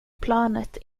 planet